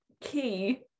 key